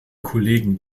kollegen